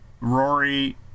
Rory